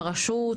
הרשות,